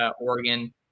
Oregon